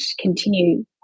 continue